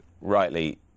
rightly